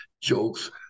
jokes